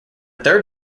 third